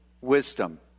Wisdom